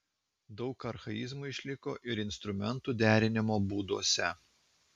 daug archaizmų išliko ir instrumentų derinimo būduose